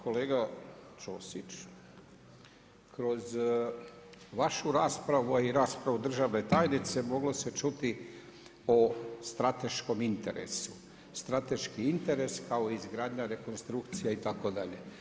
Pa kolega Ćosić, kroz vašu raspravu a i raspravu državne tajnice moglo se čuti o strateškom interesu, strateški interes kao izgradnja, rekonstrukcija itd.